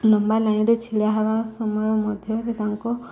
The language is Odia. ଲମ୍ବା ଲାଇନ୍ରେ ଛିଡ଼ା ହେବା ସମୟ ମଧ୍ୟରେ ତାଙ୍କ